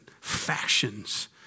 factions